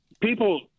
people